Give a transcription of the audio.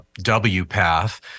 WPATH